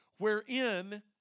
wherein